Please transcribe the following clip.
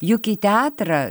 juk į teatrą